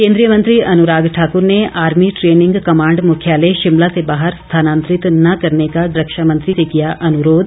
केंद्रीय मंत्री Anurag Thakur army training ट्रैनिंग कमांड मुख्यालय शिमला से बाहर स्थानतंरित न करने का रक्षा मंत्री से किया अनुरोध